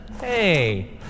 Hey